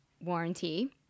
warranty